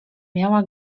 miała